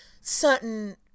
certain